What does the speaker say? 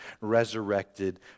resurrected